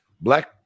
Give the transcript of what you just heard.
Black